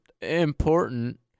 important